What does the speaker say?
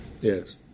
Yes